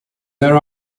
there